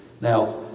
Now